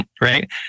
right